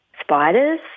spiders